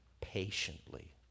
patiently